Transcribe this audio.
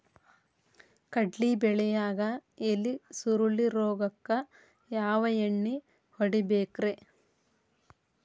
ಕಡ್ಲಿ ಬೆಳಿಯಾಗ ಎಲಿ ಸುರುಳಿ ರೋಗಕ್ಕ ಯಾವ ಎಣ್ಣಿ ಹೊಡಿಬೇಕ್ರೇ?